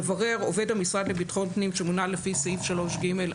לגבי הגדרת ""מברר" - עובד המשרד לביטחון הפנים שמונה לפי סעיף 3ג(ה)",